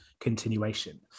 continuation